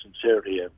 sincerity